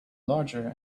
larger